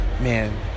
Man